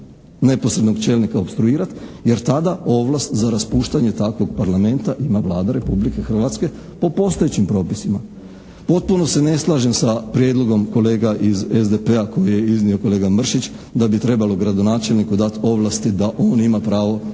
neposrednog čelnika opstruirati jer tada ovlast za raspuštanje takvog parlamenta ima Vlada Republike Hrvatske po postojećim propisima. Potpuno se ne slažem sa prijedlogom kolega iz SDP-a koji je iznio kolega Mršić da bi trebalo gradonačelniku dat ovlasti da on ima pravo